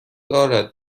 دارد